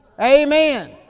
Amen